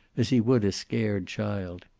as he would a scared child.